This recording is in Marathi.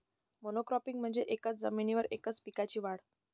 मोनोक्रॉपिंग म्हणजे एकाच जमिनीवर एकाच पिकाची वाढ